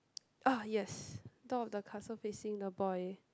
oh yes door of the castle facing the boy